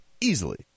easily